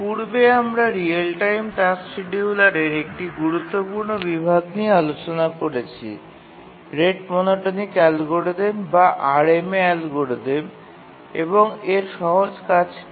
পূর্বে আমরা real time task শিডিয়ুলারের একটি গুরুত্বপূর্ণ বিভাগটি নিয়ে আলোচনা করেছি রেট মনোটোনিক অ্যালগরিদম বা RMA অ্যালগরিদম এবং এর সহজ কাজটি